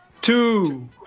two